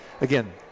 again